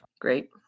Great